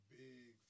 big